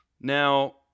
now